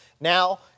Now